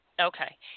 okay